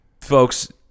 folks